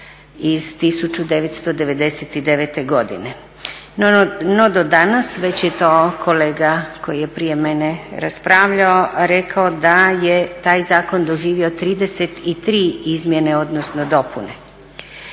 iz 1999. godine. No, do danas već je to kolega koji je prije mene raspravljao rekao da je taj zakon doživio 33 izmjene, odnosno dopune.